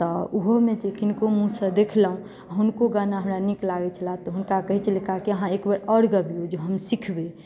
तऽ ओहिओमे जे किनको देखलहुँ हुनको गाना नीक लागै छल तऽ हुनका कहै छलियै काकी एक बेर आओर गबियौ जे हम सिखबै